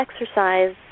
exercise